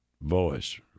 voice